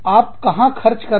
आप कहाँ खर्च करते हैं